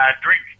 drink